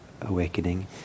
awakening